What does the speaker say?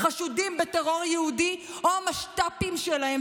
וחשודים בטרור יהודי או המשת"פים שלהם,